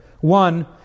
One